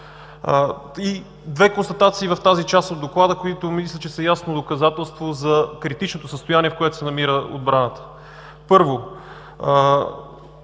Две констатации в тази част от Доклада, които мисля, че са ясно доказателство за критичното състояние, в което се намира отбраната. Първо,